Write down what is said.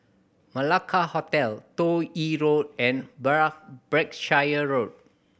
Malacca Hotel Toh Yi Road and Break Berkshire Road